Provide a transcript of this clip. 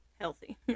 healthy